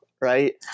right